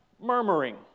murmuring